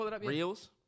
reels